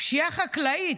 פשיעה חקלאית,